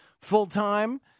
full-time